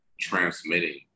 transmitting